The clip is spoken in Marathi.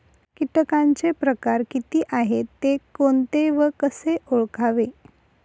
किटकांचे प्रकार किती आहेत, ते कोणते व कसे ओळखावे?